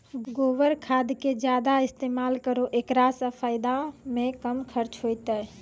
गोबर खाद के ज्यादा इस्तेमाल करौ ऐकरा से फसल मे कम खर्च होईतै?